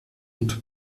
und